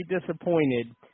disappointed